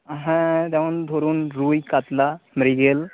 হ্যাঁ যেমন ধরুন রুই কাতলা মৃগেল